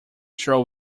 stroll